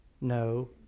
No